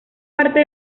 parte